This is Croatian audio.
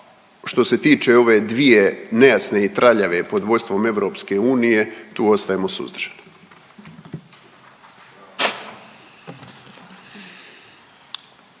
što se tiče ove dvije nejasne i traljave pod vodstvom EU tu ostajemo suzdržani.